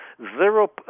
zero